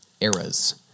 eras